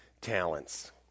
talents